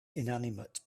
inanimate